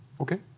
okay